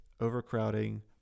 overcrowding